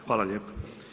Hvala lijepo.